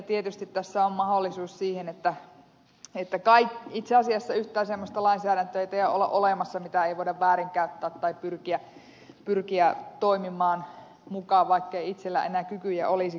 tietysti tässä on mahdollisuus väärinkäyttöön itse asiassa yhtään semmoista lainsäädäntöä ei taida olla olemassa jota ei voida väärinkäyttää tai siihen että pyritään mukaan toimimaan vaikkei itsellä enää kykyjä olisikaan